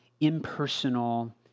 impersonal